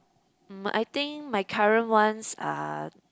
mm I think my current ones are